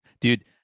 dude